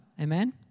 Amen